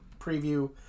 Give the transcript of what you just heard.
preview